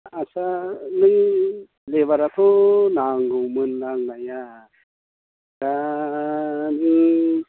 आच्चा लेबार आथ' नांगौमोन नांनाया दा नों